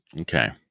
Okay